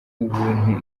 ubuntu